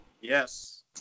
Yes